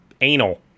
anal